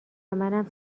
منم